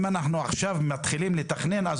אם אנחנו מתחילים לתכנן עכשיו,